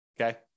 Okay